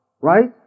Right